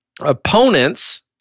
Opponents